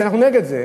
ואנחנו נגד זה,